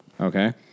Okay